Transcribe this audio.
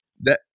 that-